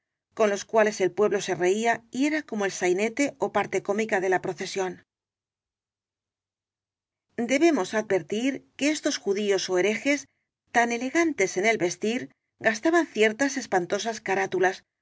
con los cuales el pueblo se reía y era como el sainete ó parte cómica de la procesión debemos advertir que estos judíos ó herejes tan elegantes en el vestir gastaban ciertas espantosas carátulas